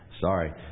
sorry